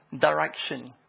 direction